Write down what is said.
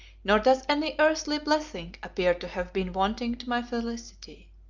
nor does any earthly blessing appear to have been wanting to my felicity.